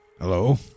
Hello